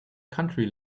country